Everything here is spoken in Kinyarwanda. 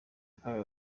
akaga